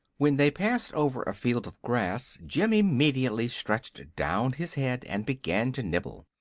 when they passed over a field of grass jim immediately stretched down his head and began to nibble.